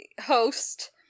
host